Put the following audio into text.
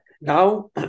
Now